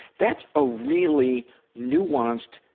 that's a really nuanced,